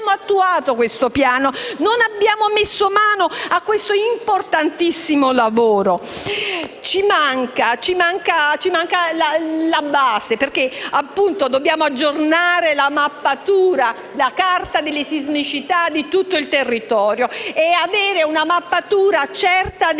Non abbiamo attuato questo piano; non abbiamo messo mano a questo importantissimo lavoro. Ci manca la base, perché dobbiamo aggiornare la carta delle sismicità di tutto il territorio e avere una mappatura certa degli edifici